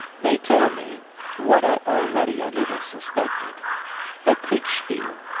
they tell me what i already a little suspected that kriegspiel,